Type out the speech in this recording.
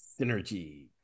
Synergy